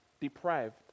deprived